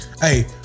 Hey